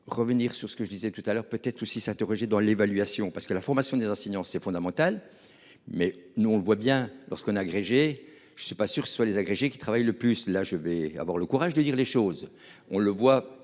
revenir sur ce que je disais tout à l'heure peut-être aussi s'interroger dans l'évaluation parce que la formation des enseignants, c'est fondamental, mais nous on le voit bien, lorsqu'on agrégé. Je ne suis pas sûr que ce soit les agrégés qui travaillent le plus là je vais avoir le courage de dire les choses. On le voit